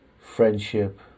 friendship